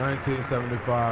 1975